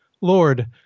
Lord